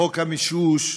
חוק המישוש,